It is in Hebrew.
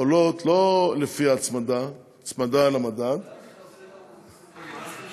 עולות לא לפי ההצמדה למדד אתה,